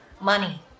money